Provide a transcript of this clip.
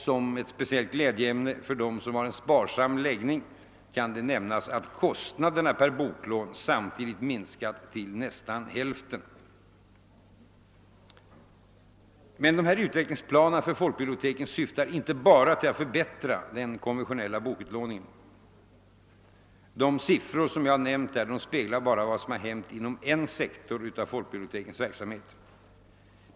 Som ett speciellt glädjeämne för dem som har en sparsam läggning, kan nämnas att kostnaderna per boklån samtidigt minskat till nästan hälften. Dessa utvecklingsplaner för folkbiblioteken syftar inte bara till att förbättra den konventionella bokutlåningen. De siffror jag här nämnt speglar bara vad som har hänt inom en sektor av folkbibliotekens verksamhet.